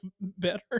better